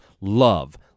love